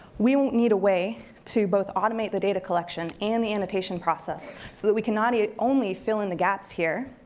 we won't need a way to both automate the data collection and the annotation process, so that we can not only fill in the gaps here,